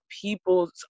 people's